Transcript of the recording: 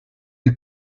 die